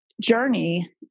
journey